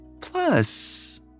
Plus